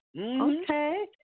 Okay